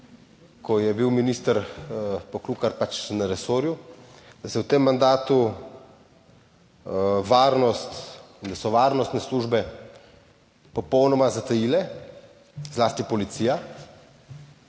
ko je bil minister Poklukar pač na resorju, da se v tem mandatu varnost, in da so varnostne službe popolnoma zatajile, zlasti policija,